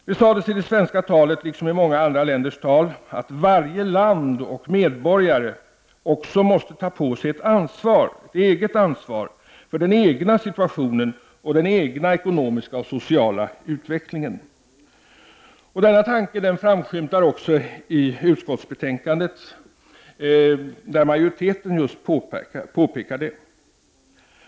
Det sades i det svenska talet, liksom i många andra länders tal, att varje land och varje medborgare också måste ta ett eget ansvar för den egna situationen och den ekonomiska och sociala utvecklingen. Denna tanke framskymtar också i utskottets betänkande, där majoriteten påpekar just detta.